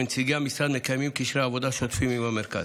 ונציגי המשרד מקיימים קשרי עבודה שוטפים עם המרכז.